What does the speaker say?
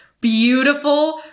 beautiful